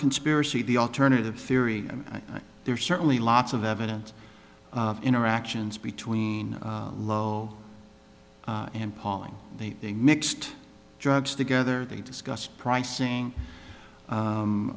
conspiracy the alternative theory there's certainly lots of evidence of interactions between lho and palling they mixed drugs together they discuss pricing